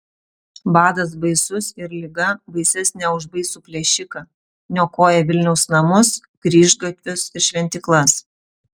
badas baisus ir liga baisesnė už baisų plėšiką niokoja vilniaus namus kryžgatvius ir šventyklas